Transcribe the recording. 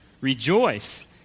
Rejoice